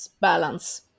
balance